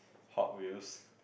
Hot Wheels